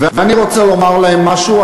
אני רוצה לומר להם משהו.